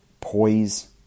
poise